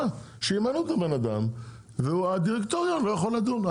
--- שימנו את הבן אדם והדירקטוריון לא יכול לדון.